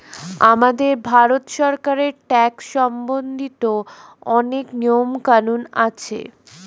আমাদের ভারত সরকারের ট্যাক্স সম্বন্ধিত অনেক নিয়ম কানুন আছে